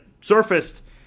surfaced